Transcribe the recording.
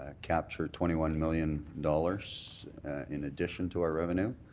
ah capture twenty one million dollars in addition to our revenue.